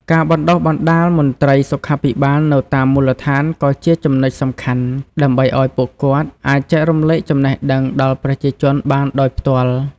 ការបណ្តុះបណ្តាលមន្រ្តីសុខាភិបាលនៅតាមមូលដ្ឋានក៏ជាចំណុចសំខាន់ដើម្បីឲ្យពួកគាត់អាចចែករំលែកចំណេះដឹងដល់ប្រជាជនបានដោយផ្ទាល់។